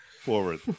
forward